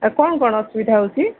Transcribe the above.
ଆଉ କ'ଣ କ'ଣ ଅସୁବିଧା ହେଉଛି